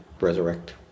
resurrect